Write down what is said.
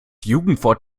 jugendwort